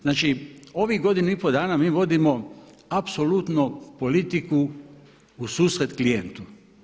Znači ovih godinu i pol dana mi vodimo apsolutno politiku u susret klijentu.